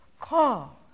call